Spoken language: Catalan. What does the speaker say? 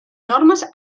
normes